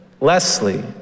Leslie